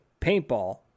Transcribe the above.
paintball